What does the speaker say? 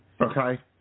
Okay